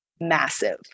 massive